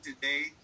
today